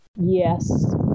Yes